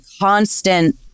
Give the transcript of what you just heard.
constant